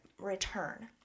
return